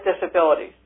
disabilities